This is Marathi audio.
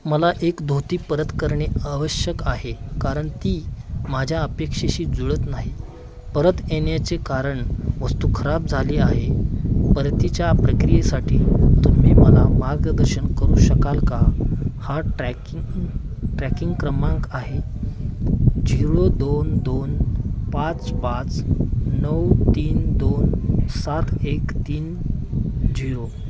मला एक धोती परत करणे आवश्यक आहे कारण ती माझ्या अपेक्षेशी जुळत नाही परत येण्याचे कारण वस्तू खराब झाली आहे परतीच्या प्रक्रियेसाठी तुम्ही मला मार्गदर्शन करू शकाल का हा ट्रॅकिं ट्रॅकिंग क्रमांक आहे झीरो दोन दोन पाच पाच नऊ तीन दोन सात एक तीन झीरो